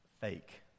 fake